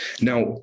Now